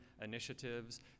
initiatives